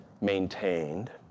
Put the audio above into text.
maintained